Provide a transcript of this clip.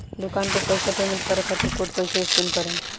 दूकान पर पैसा पेमेंट करे खातिर कोड कैसे स्कैन करेम?